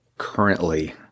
currently